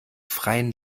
freien